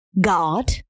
god